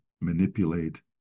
manipulate